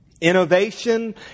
Innovation